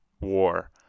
war